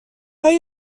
های